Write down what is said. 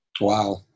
Wow